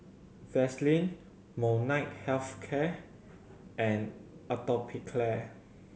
Vaselin Molnylcke Health Care and Atopiclair